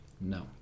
No